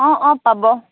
অঁ অঁ পাব